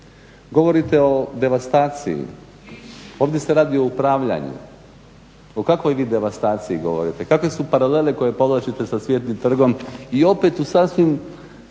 Govorite o devastaciji, ovdje se radi o upravljanju. O kakvoj vi devastaciji govorite? Kakve su paralele koje povlačite sa Cvjetnim trgom i opet u sasvim